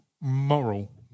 moral